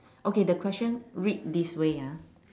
okay the question read this way ah